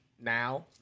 now